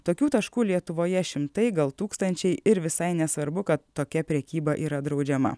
tokių taškų lietuvoje šimtai gal tūkstančiai ir visai nesvarbu kad tokia prekyba yra draudžiama